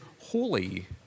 holy